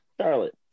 Charlotte